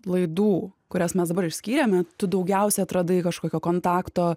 laidų kurias mes dabar išskyrėme tu daugiausia atradai kažkokio kontakto